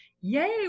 yay